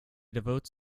devotes